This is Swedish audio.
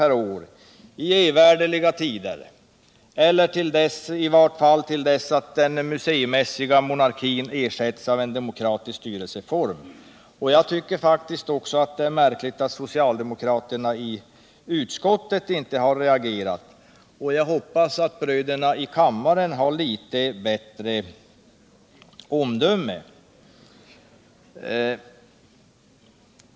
per år i evärdeliga tider eller i vart fall till dess att den museimässiga monarkin ersätts med en demokratisk styrelseform. Jag tycker faktiskt också att det är märkligt att socialdemokraterna i utskottet inte har reagerat. Jag hoppas att bröderna i kammaren har litet bättre omdöme.